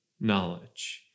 knowledge